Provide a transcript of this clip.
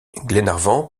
glenarvan